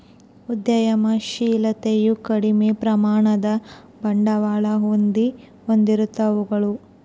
ಉದ್ಯಮಶಿಲತೆಯು ಕಡಿಮೆ ಪ್ರಮಾಣದ ಬಂಡವಾಳ ಹೊಂದಿರುವಂತವುಗಳು